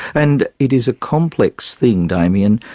and it is a complex thing, damien,